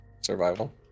survival